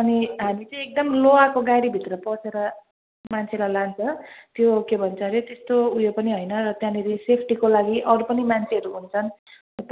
अनि हामी चाहिँ एकदम लोहाको गाडीभित्र पसेर मान्छेलाई लान्छ त्यो के भन्छ अरे त्यस्तो उयो पनि होइन त्यहाँनेरि सेफ्टीको लागि अरू पनि मान्छेहरू हुन्छन्